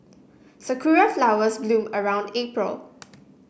sakura flowers bloom around April